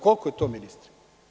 Koliko je to, ministre?